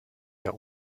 der